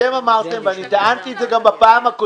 אתם אמרתם, ואני טענתי את זה גם בפעם הקודמת,